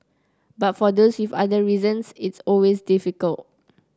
but for those with other reasons it's always difficult